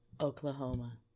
Oklahoma